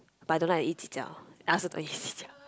but I don't like to eat ji-jiao I also don't eat ji-jiao